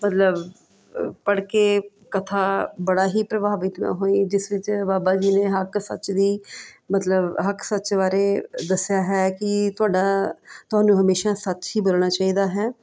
ਮਤਲਬ ਪੜ੍ਹਕੇ ਕਥਾ ਬੜਾ ਹੀ ਪ੍ਰਭਾਵਿਤ ਮੈਂ ਹੋਈ ਜਿਸ ਵਿੱਚ ਬਾਬਾ ਜੀ ਨੇ ਹੱਕ ਸੱਚ ਦੀ ਮਤਲਬ ਹੱਕ ਸੱਚ ਬਾਰੇ ਦੱਸਿਆ ਹੈ ਕਿ ਤੁਹਾਡਾ ਤੁਹਾਨੂੰ ਹਮੇੇਸ਼ਾ ਸੱਚ ਹੀ ਬੋਲਣਾ ਚਾਹੀਦਾ ਹੈ